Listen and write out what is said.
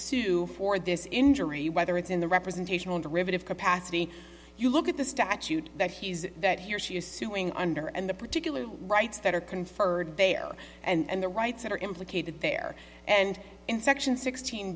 sue for this injury whether it's in the representational derivative capacity you look at the statute that he's that he or she is suing under and the particular rights that are conferred there and the rights that are implicated there and in section sixteen